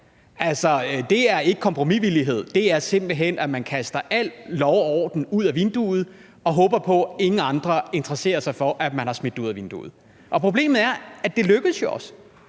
Det er ikke kompromisvillighed. Det er simpelt hen, at man kaster al lov og orden ud ad vinduet og håber på, at ingen andre interesserer sig for, at man har smidt det ud ad vinduet. Problemet er, at det jo også